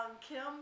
Kim